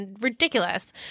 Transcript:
ridiculous